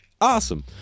Awesome